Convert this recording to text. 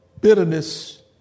bitterness